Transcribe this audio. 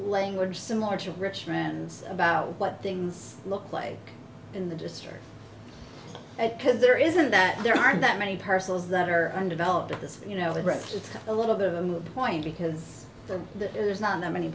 language similar to rich friends about what they look like in the district because there isn't that there aren't that many parcels that are undeveloped at this you know the rest it's a little bit of a moot point because there's not that many